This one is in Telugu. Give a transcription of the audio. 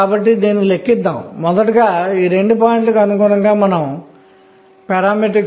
కాబట్టి n 4 l 1 ఆపై n 5 l 0